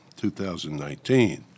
2019